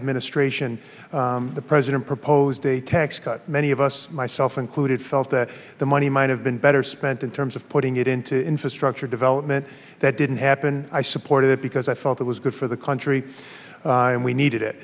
administration the president proposed a tax cut many of us myself included felt that the money might have been better spent in terms of putting it into infrastructure development that didn't happen i supported it because i felt it was good for the country and we needed